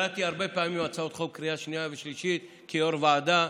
הרבה פעמים קראתי הצעות חוק בקריאה השנייה והשלישית כיו"ר ועדה.